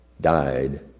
died